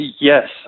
Yes